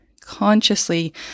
consciously